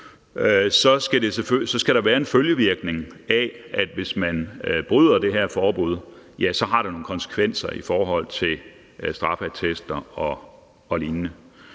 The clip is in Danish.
på, skal der være en følgevirkning af det, så hvis man bryder det her forbud, skal det have nogle konsekvenser i forhold til straffeattester og lignende.